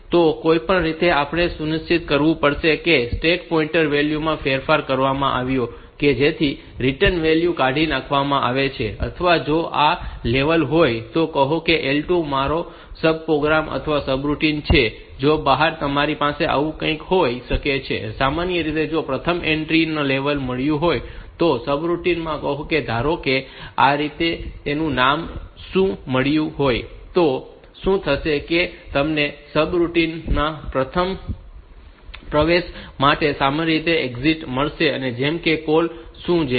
તો કોઈક રીતે આપણે એ સુનિશ્ચિત કરવું પડશે કે સ્ટેક પોઈન્ટર વેલ્યુ માં ફેરફાર કરવામાં આવ્યો છે કે જેથી રીટર્ન વેલ્યુ કાઢી નાખવામાં આવે છે અથવા જો આ લેવલ હોય તો કહો કે L2 મારો સબ પ્રોગ્રામ અથવા સબરૂટિન છે તો બહાર તમારી પાસે આવું કંઈક હોઈ શકે છે કે સામાન્ય રીતે જો પ્રથમ એન્ટ્રી ને લેવલ મળ્યું હોય તો સબરૂટિન માં કહો કે ધારો કે આ રીતે તેનું નામ su મળ્યું હોય તો શું થશે કે તમને આ સબરૂટીન માં પ્રવેશ માટે સામાન્ય એક્ઝીટ મળશે જેમ કે કોલ su જેવી